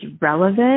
relevant